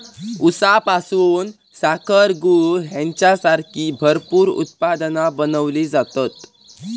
ऊसापासून साखर, गूळ हेंच्यासारखी भरपूर उत्पादना बनवली जातत